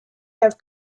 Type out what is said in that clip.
have